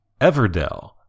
Everdell